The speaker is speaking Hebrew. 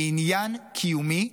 היא עניין קיומי,